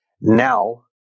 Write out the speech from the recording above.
Now